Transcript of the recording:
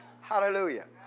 Hallelujah